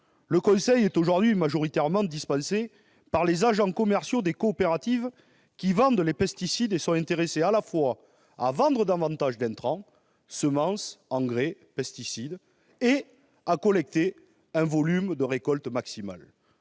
Le conseil est aujourd'hui majoritairement dispensé par les agents commerciaux des coopératives, qui sont intéressées à la fois à vendre davantage d'intrants- semences, engrais, pesticides -et à collecter un volume de récolte maximal.